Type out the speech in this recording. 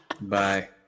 Bye